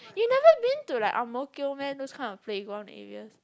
you never been to like Ang-Mo-Kio meh those kind of playground areas